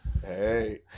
Hey